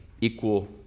equal